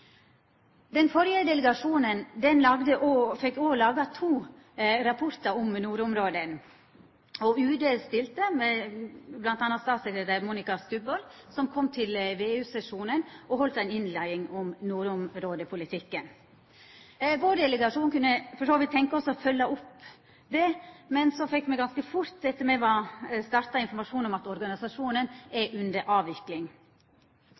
Den førre delegasjonen fekk òg laga to rapportar om nordområda. UD stilte med m.a. statssekretær Liv Monica Stubholt, som kom til VEU-sesjonen og heldt ei innleiing om nordområdepolitikken. Vår delegasjon kunne for så vidt tenkja oss å følgja opp det, men så fekk me ganske fort etter at me starta, informasjon om at organisasjonen var under avvikling.